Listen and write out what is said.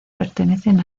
pertenecen